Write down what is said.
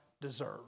deserve